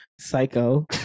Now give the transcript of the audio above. Psycho